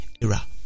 era